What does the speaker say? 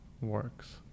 works